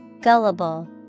Gullible